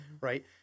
Right